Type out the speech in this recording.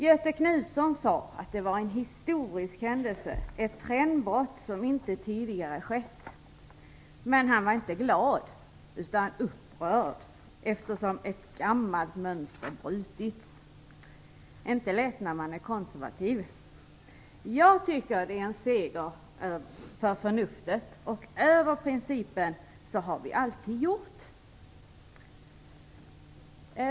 Göthe Knutson sade att det var en historisk händelse, ett trendbrott som inte tidigare skett. Men han var inte glad. I stället var han upprörd, eftersom ett gammalt mönster hade brutits. Det är inte lätt när man är konservativ. Jag tycker att det är en seger för förnuftet och över principen Så har vi alltid gjort.